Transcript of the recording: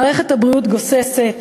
מערכת הבריאות גוססת,